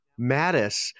Mattis